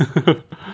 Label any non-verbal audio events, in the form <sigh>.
<laughs>